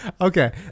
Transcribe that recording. Okay